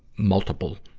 multiple,